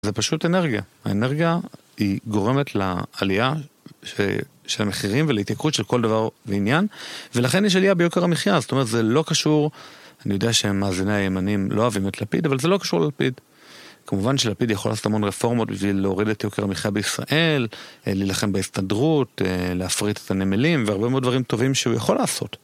זה פשוט אנרגיה. האנרגיה היא גורמת לעלייה של המחירים ולהתייקרות של כל דבר ועניין. ולכן יש עלייה ביוקר המחייה. זאת אומרת, זה לא קשור... אני יודע שמאזיניי הימנים לא אוהבים את לפיד, אבל זה לא קשור ללפיד. כמובן שלפיד יכול לעשות המון רפורמות בשביל להוריד את יוקר המחייה בישראל, להילחם בהסתדרות, להפריט את הנמלים, והרבה מאוד דברים טובים שהוא יכול לעשות.